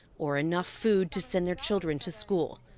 or enough food to send their children to school.